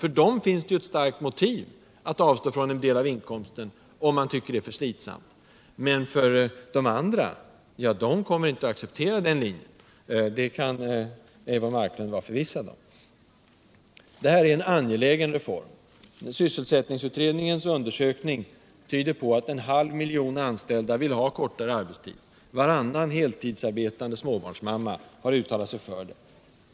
För dem finns ett starkt motiv för att avstå från en del av inkomsten, om man tycker att arbetet är för slitsamt. Alla löntagare kommer inte att acceptera vpk:s förslag. Det kan Eivor Marklund vara förvissad om. Detta är en angelägen reform. Sysselsättningsutredningens undersökning tyder på att en halv miljon anställda vill ha kortare arbetstid. Varannan heltidsarbetande småbarnsmamma har uttalat sig för det.